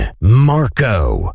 Marco